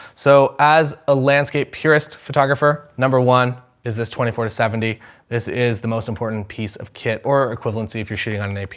so as a landscape, purest photographer, number one is this twenty four to seventy this is the most important piece of kit or equivalency if you're shooting on an aps.